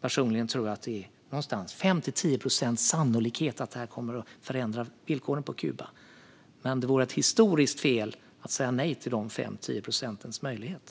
Personligen tror jag att det är 5-10 procents sannolikhet att detta kommer att förändra villkoren på Kuba. Men det vore ett historiskt fel att säga nej till möjligheten till dessa 5-10 procent.